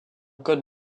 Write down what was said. code